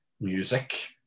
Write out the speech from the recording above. music